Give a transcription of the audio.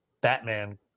batman